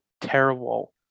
terrible –